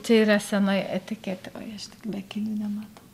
čia yra senoji etiketė oi aš tik be akinių nematau